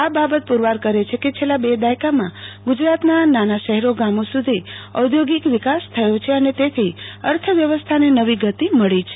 આ બાબત પુરવાર કરે છે કે છેલ્લા બે દાયકામાં ગુજરાતના નાના શહેરો ગામો સુ ધી ઔધોગીક વિકાસ થયો છે અને તેથી અર્થવ્યવસ્થાને નવી ગતિ મળી છે